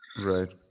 Right